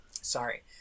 sorry